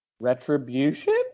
Retribution